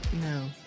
no